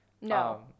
No